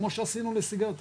כמו שעשינו לסיגריות,